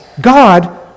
God